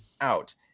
out